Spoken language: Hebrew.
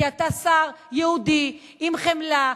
כי אתה שר יהודי עם חמלה,